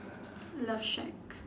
love shack